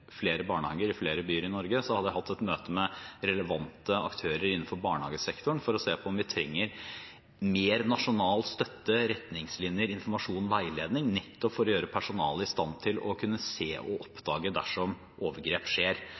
flere barnehager i flere byer i Norge, har jeg hatt et møte med relevante aktører innenfor barnehagesektoren for å se på om vi trenger mer nasjonal støtte, retningslinjer, informasjon og veiledning, nettopp for å gjøre personalet i stand til å kunne se og oppdage det dersom overgrep skjer.